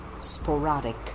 sporadic